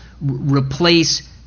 replace